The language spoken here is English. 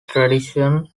tradition